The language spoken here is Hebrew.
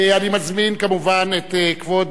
אני מזמין כמובן את כבוד